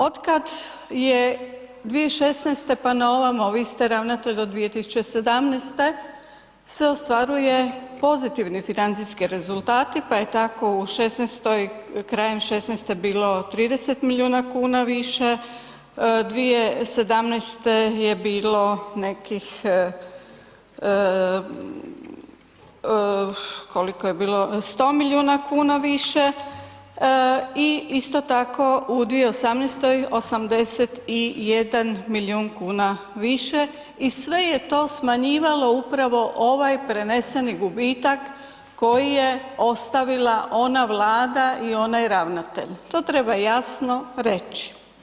Od kada je 2016. pa na ovamo, vi ste ravnatelj od 2017. se ostvaruje pozitivni financijski rezultati pa je tako krajem '16. bilo 30 milijuna kuna više, 2017. je bilo nekih 100 milijuna kuna više i isto tako u 2018. 81 milijun kuna više i sve je to smanjivalo upravo ovaj preneseni gubitak koji je ostavila ona vlada i onaj ravnatelj, to treba jasno reći.